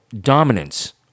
dominance